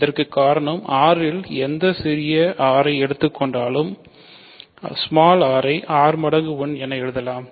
இதற்குக் காரணம் R இல் எந்த சிறிய r ஐ எடுத்துக் கொள்ளுங்கள் r ஐ r முறை 1 என எழுதலாம்